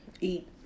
eat